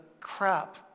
crap